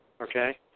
Okay